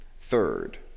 Third